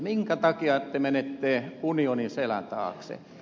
minkä takia te menette unionin selän taakse